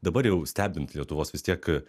dabar jau stebint lietuvos vis tiek